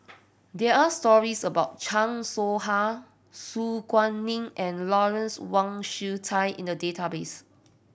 there are stories about Chan Soh Ha Su Guaning and Lawrence Wong Shyun Tsai in the database